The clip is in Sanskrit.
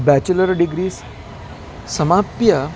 बेचुलर् डिग्रीस् समाप्य